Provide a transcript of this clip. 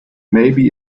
maybe